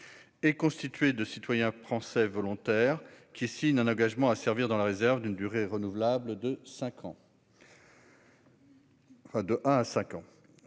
est constituée de citoyens français volontaires, qui signent un engagement à servir dans la réserve d'une durée renouvelable de un an